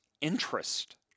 interest